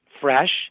fresh